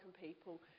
people